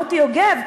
מוטי יוגב,